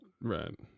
Right